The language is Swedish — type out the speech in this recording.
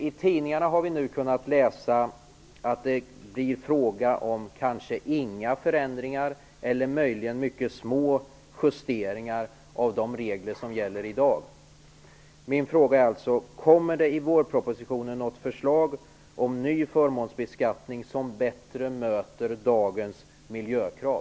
I tidningarna har vi kunnat läsa att det inte är fråga om några förändringar eller möjligen är det mycket små justeringar av de regler som gäller i dag. Min fråga är alltså: Kommer det i vårpropositionen något förslag om ny förmånsbeskattning som bättre möter dagens miljökrav?